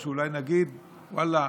או שאולי נגיד: ואללה,